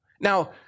Now